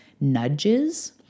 nudges